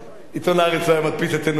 עיתון "הארץ" לא היה מדפיס אצלנו בחיים.